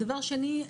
דבר שני,